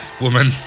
woman